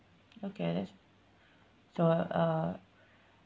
okay that's so uh